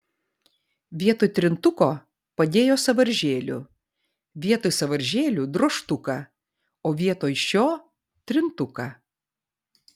vietoj trintuko padėjo sąvaržėlių vietoj sąvaržėlių drožtuką o vietoj šio trintuką